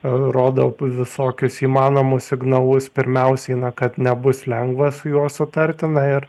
rodo visokius įmanomus signalus pirmiausiai na kad nebus lengva su juo sutarti na ir